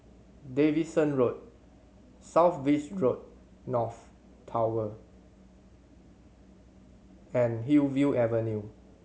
Davidson Road South Beach North Tower and Hillview Avenue